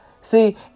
See